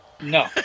No